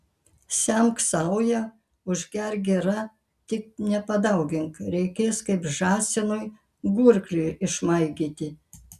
semk sauja užgerk gira tik nepadaugink reikės kaip žąsinui gurklį išmaigyti